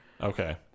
okay